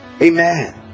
Amen